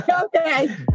okay